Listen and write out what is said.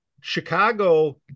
chicago